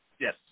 Yes